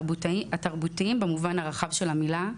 התרבותיים במובן הרחב של המילה,